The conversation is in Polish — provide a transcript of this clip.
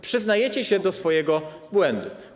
Przyznajecie się do swojego błędu.